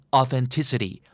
authenticity